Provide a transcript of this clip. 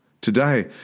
today